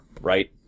right